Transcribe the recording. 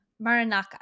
Maranaka